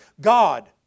God